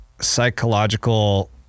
psychological